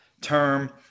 term